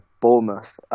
Bournemouth